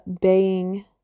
baying